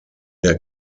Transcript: der